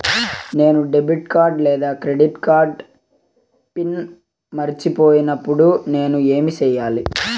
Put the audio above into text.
నేను debit card లేదా credit card pin మర్చిపోయినప్పుడు నేను ఏమి సెయ్యాలి?